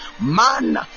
Man